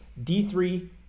D3